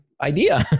idea